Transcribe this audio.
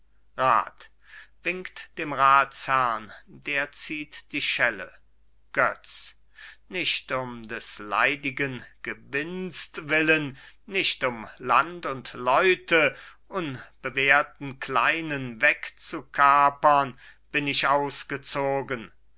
winkt dem ratsherrn der zieht die schelle götz nicht um des leidigen gewinsts willen nicht um land und leute unbewehrten kleinen wegzukapern bin ich ausgezogen